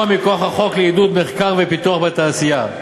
מכוח החוק לעידוד מחקר ופיתוח בתעשייה.